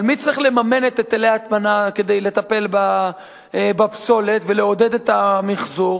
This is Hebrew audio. אבל מי צריך לממן את היטלי ההטמנה כדי לטפל בפסולת ולעודד את המחזור?